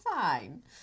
fine